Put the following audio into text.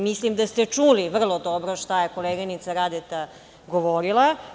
Mislim da ste čuli vrlo dobro šta je koleginica Radeta govorila.